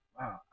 wow